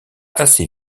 assez